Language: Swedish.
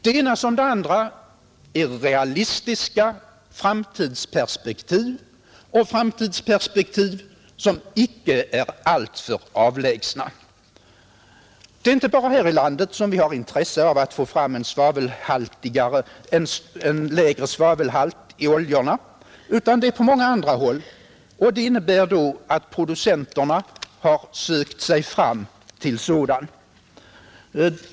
Det ena som det andra är realistiska framtidsperspektiv och framtidsperspektiv som icke är alltför avlägsna. Det är inte bara här i landet vi har intresse av att få fram en lägre svavelhalt i oljorna; det har man även på många andra håll. Det innebär att producenterna har sökt sig fram till sådan olja.